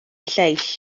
lleill